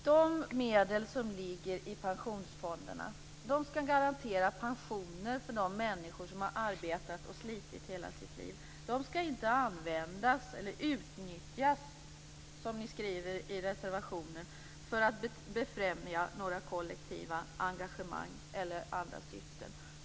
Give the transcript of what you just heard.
Fru talman! De medel som ligger i pensionsfonderna skall garantera pensioner för de människor som har arbetat och slitit under hela sitt liv. De skall inte användas, eller utnyttjas som Vänsterpartiet skriver i reservationen, för att befrämja några kollektiva engagemang eller andra syften.